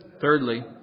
thirdly